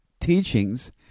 teachings